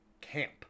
camp